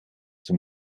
zum